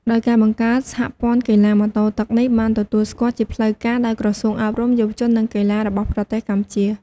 ដោយការបង្កើត សហព័ន្ធកីឡាម៉ូតូទឹកនេះបានទទួលស្គាល់ជាផ្លូវការដោយក្រសួងអប់រំយុវជន និងកីឡារបស់ប្រទេសកម្ពុជា។